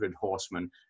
horsemen